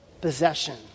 possession